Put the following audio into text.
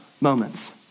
moments